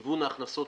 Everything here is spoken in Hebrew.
ההכנסות